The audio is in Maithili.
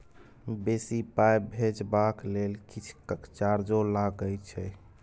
बेसी पाई भेजबाक लेल किछ चार्जो लागे छै?